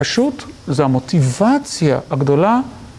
פשוט זה המוטיבציה הגדולה.